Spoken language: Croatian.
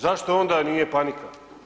Zašto onda nije panika?